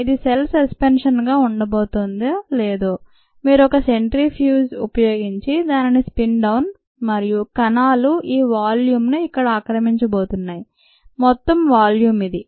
ఇది సెల్ సస్పెన్షన్గా ఉండబోతోందో లేదో మీరు ఒక సెంట్రిఫ్యూజ్ ఉపయోగించి దానిని స్పిన్ డౌన్ మరియు కణాలు ఈ వాల్యూం ను ఇక్కడ ఆక్రమించబోతున్నాయి మొత్తం వాల్యూం ఇది